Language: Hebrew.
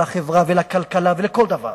לחברה ולכלכלה ולכל דבר.